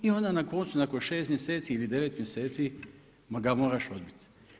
I onda na koncu nakon šest mjeseci ili devet mjeseci ga moraš odbiti.